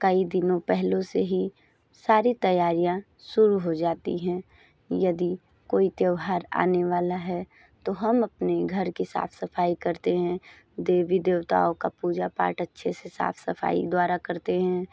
कई दिनों पहले से ही सारी तैयारियाँ शुरू हो जाती हैं यदि कोई त्यौहार आने वाला है तो हम अपने घर की साफ सफाई करते हैं देवी देवताओं का पूजा पाठ अच्छे से साफ सफाई द्वारा करते हैं